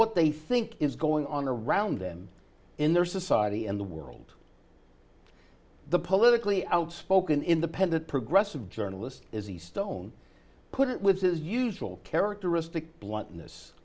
what they think is going on around them in their society and the world the politically outspoken independent progressive journalist is the stone put it with his usual characteristic blu